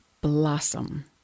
blossom